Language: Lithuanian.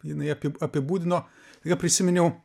jinai api apibūdino ir tada prisiminiau